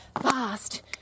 fast